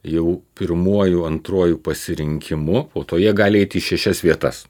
jau pirmuoju antruoju pasirinkimu po to jie gali eiti į šešias vietas